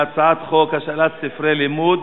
להצעת חוק השאלת ספרי לימוד